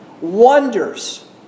Wonders